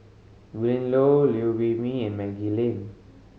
Willin Low Liew Wee Mee and Maggie Lim